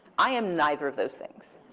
i am neither of those things.